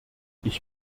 ich